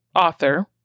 author